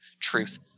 Truth